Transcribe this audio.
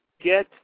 get